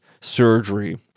surgery